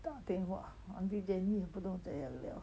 他电话 auntie jenny 也不懂怎样了